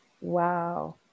Wow